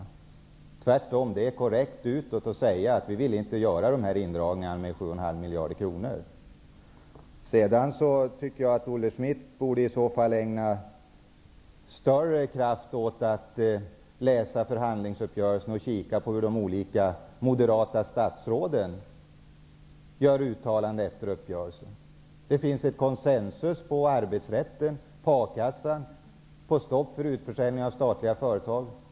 Det är tvärtom korrekt utåt att säga att vi inte vill göra dessa indragningar på 7,5 Olle Schmidt borde ägna större kraft åt att läsa förhandlingsuppgörelsen och titta på hur de olika moderata statsråden gör uttalanden efter uppgörelsen. Det finns ett konsensus när det gäller arbetsrätten, A-kassan och stopp för utförsäljning av statliga företag.